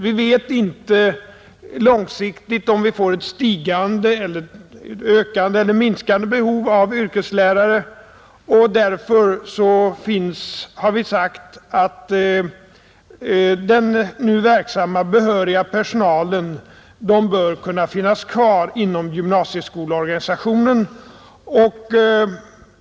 Vi vet inte långsiktigt om vi får ett ökande eller minskande behov av yrkeslärare, och därför har vi sagt att den nu verksamma behöriga personalen bör stå kvar inom gymnasieskolorganisationen.